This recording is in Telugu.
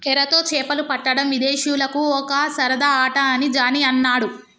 ఎరతో చేపలు పట్టడం విదేశీయులకు ఒక సరదా ఆట అని జానీ అన్నాడు